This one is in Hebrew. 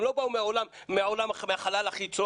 הם לא באו מהחלל החיצון.